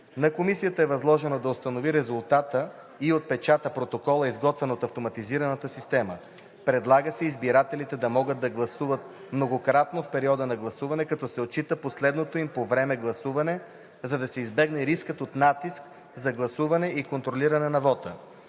На комисията е възложено да установи резултата и отпечата протокола, изготвен от автоматизирана система. Предлага се избирателите да могат да гласуват многократно в периода на гласуване, като се отчита последното им по време гласуване, за да се избегне рискът от натиск за гласуване и контролиране на вота.